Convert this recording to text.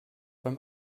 beim